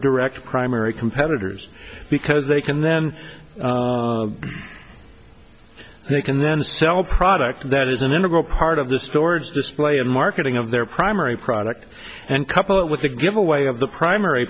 direct primary competitors because they can then they can then sell a product that is an integral part of the storage display in marketing of their primary product and couple it with the giveaway of the primary